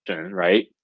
right